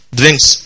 drinks